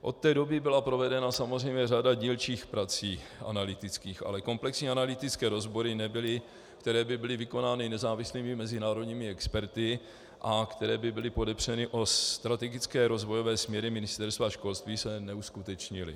Od té doby byla provedena samozřejmě řada dílčích analytických prací, ale komplexní analytické rozbory, které by byly vykonány nezávislými mezinárodními experty a které by byly podepřeny o strategické rozvojové směry Ministerstva školství, se neuskutečnily.